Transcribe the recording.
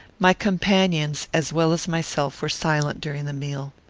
my companions as well as myself were silent during the meal.